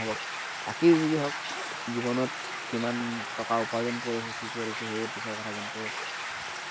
বাকী যি যি হওঁক জীৱনত কিমান টকা উপাৰ্জন কৰিছোঁ কি কৰিছোঁ সেইবোৰ পিছৰ কথা কিন্তু